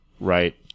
right